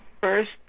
first